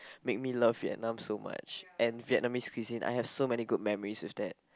make me love Vietnam so much and Vietnamese cuisine I have so many good memories with them